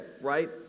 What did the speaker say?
right